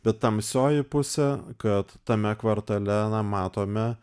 bet tamsioji pusė kad tame kvartale na matome